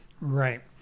Right